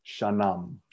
Shanam